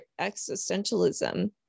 existentialism